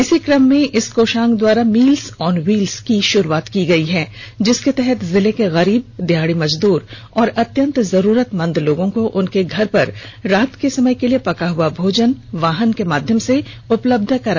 इसी क्रम में इस कोषांग द्वारा मील्स ऑन व्हील्स कि शुरुआत की गई है जिसके तहत जिले के गरीब दिहाड़ी मजदूर एवं अत्यंत जरूरतमंद लोगों को उनके घर पर रात के समय के लिए पका हुआ भोजन वाहन के माध्यम से उपलब्ध कराया जा रहा है